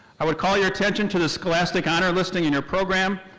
i would call your attention to the scholastic honor listing in your program.